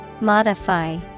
Modify